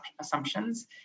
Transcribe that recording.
assumptions